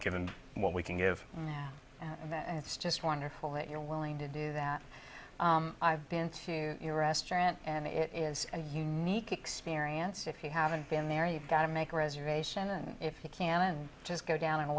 given what we can give and it's just wonderful that you're willing to do that i've been to your restaurant and it is a unique experience if you haven't been there you've got to make a reservation and you can just go down in